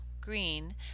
green